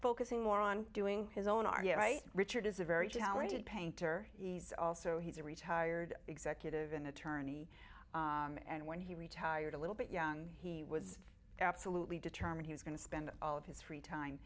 focusing more on doing his own are right richard is a very talented painter ease also he's a retired executive an attorney and when he retired a little bit young he was absolutely determined he was going to spend all of his free time